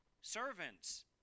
servants